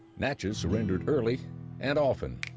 natchez surrendered early and often.